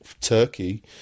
turkey